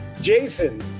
jason